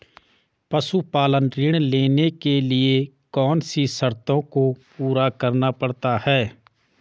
पशुपालन ऋण लेने के लिए कौन सी शर्तों को पूरा करना पड़ता है?